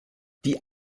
die